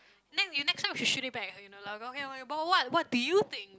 then you next time you should shoot it back uh you know like okay okay but what what do you think